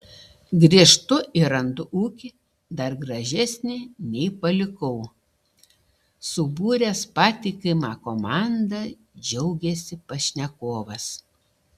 grįžtu ir randu ūkį dar gražesnį nei palikau subūręs patikimą komandą džiaugiasi pašnekovas